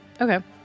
Okay